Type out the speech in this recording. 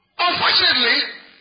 Unfortunately